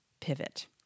pivot